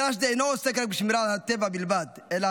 מדרש זה אינו עוסק בשמירה על הטבע בלבד אלא